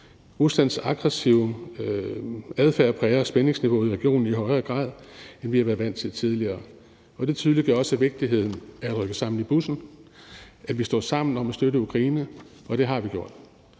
Ruslands aggressive adfærd præger spændingsniveauet i regionen i højere grad, end vi har været vant til tidligere. Det tydeliggør også vigtigheden af at rykke sammen i bussen, og at vi står sammen om at støtte Ukraine – og det har vi gjort.